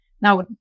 now